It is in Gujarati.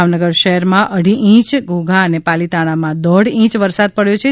ભાવનગર શહેરમાં અઢી ઈંચ ધોધા અને પાલીતાણામાં દોઢ ઈંચ વરસાદ પડ્યો છે